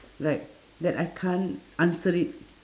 like like I can't answer it